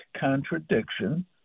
contradiction